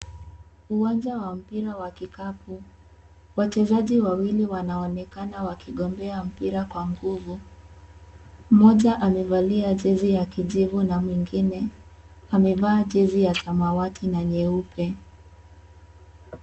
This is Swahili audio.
Uwanja wa mpira wa kikapu, wachezaji wawili wanaonekana wakigombea mpira kwa nguvu mmoja amevalia jezi ya kijivu na mwingine amevaa jezi ya samawati na nyeupe.